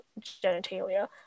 genitalia